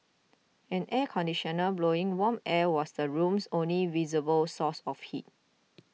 an air conditioner blowing warm air was the room's only visible source of heat